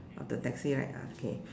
of the taxi right ah okay